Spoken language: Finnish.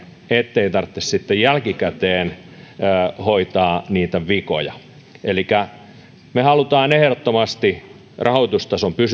ettei tarvitse sitten jälkikäteen hoitaa niitä vikoja elikkä me haluamme ehdottomasti rahoitustason pysyvää